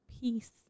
peace